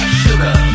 sugar